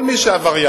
כל מי שעבריין,